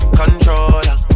controller